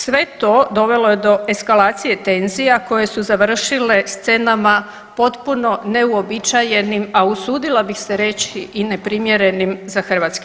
Sve to dovelo je do eskalacije tenzija koje su završile scenama potpuno neuobičajenim, a usudila bih se reći i neprimjerenim za HS.